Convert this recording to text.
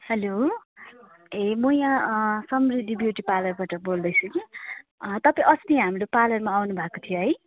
hello ए म यहाँ अँ समृद्धि ब्युटी पार्लरबाट बोल्दैछु कि तपाईँ अस्ति हाम्रो पार्लरमा आउनुभएको थियो है